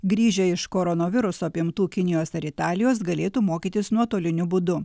grįžę iš koronaviruso apimtų kinijos ar italijos galėtų mokytis nuotoliniu būdu